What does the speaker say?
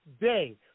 day